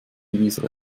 dieser